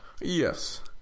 Yes